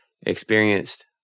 experienced